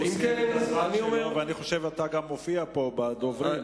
הוא סיים את הזמן שלו ואני חושב שאתה גם מופיע פה בדוברים.